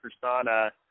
persona